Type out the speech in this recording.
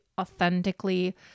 authentically